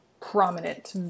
prominent